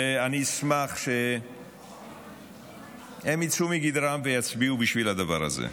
ואני אשמח שהם יצאו מגדרם ויצביעו בשביל הדבר הזה.